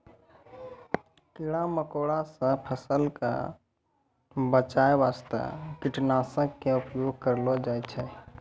कीड़ा मकोड़ा सॅ फसल क बचाय वास्तॅ कीटनाशक के उपयोग करलो जाय छै